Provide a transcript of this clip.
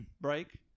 break